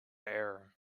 error